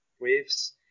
waves